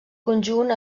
conjunt